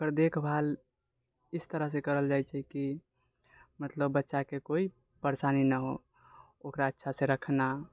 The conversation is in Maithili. ओकर देखभाल इस तरहसँ करल जाइ छै कि मतलब बच्चाके कोइ परेशानी नहि हो ओकरा अच्छासँ रखना